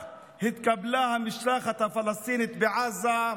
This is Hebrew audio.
כך התקבלה המשלחת הפלסטינית בעזה.